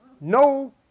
no